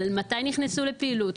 מתי נכנסו לפעילות,